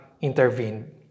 intervened